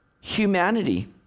humanity